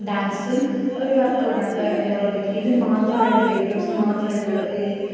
ഡാൻസും ഒരു work out ആണ് അപ്പം ഏറോബിക്ക് ഇതിന് മാത്രമായിട്ട് വെയിറ്റ് ലോസ്സിന് മാത്രമായിട്ട് ഈ